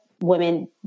women